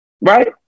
right